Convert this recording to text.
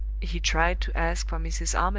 he tried to ask for mrs. armadale,